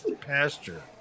Pasture